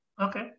Okay